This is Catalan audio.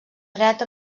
dret